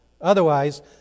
Otherwise